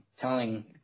telling